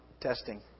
testing